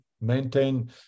maintain